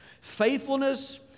Faithfulness